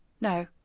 No